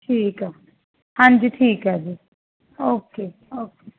ਠੀਕ ਆ ਹਾਂਜੀ ਠੀਕ ਆ ਜੀ ਓਕੇ ਓਕੇ